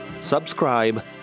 subscribe